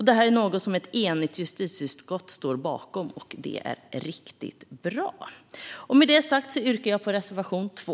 Detta är något som ett enigt justitieutskott står bakom, och det är riktigt bra. Med detta sagt yrkar jag bifall till reservation 2.